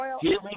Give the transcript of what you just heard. Healing